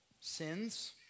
Sins